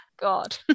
God